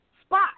spot